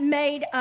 made